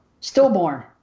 Stillborn